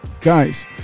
Guys